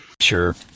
Sure